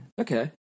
okay